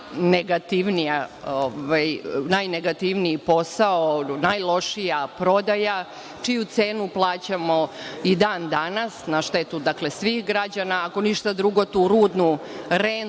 najnegativniji posao, najlošija prodaja, čiju cenu plaćamo i dan danas na štetu svih građana. Ako ništa drugo, tu rudnu rentu